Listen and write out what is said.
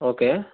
okay